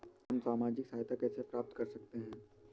हम सामाजिक सहायता कैसे प्राप्त कर सकते हैं?